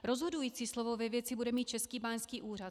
Rozhodující slovo ve věci bude mít Český báňský úřad.